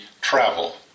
travel